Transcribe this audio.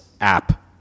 app